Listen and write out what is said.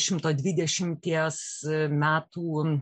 šimto dvidešimties metų